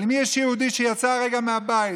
אבל אם יש יהודי שיצא רגע מהבית,